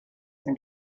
and